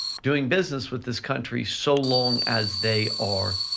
doing business with this country, so long as they are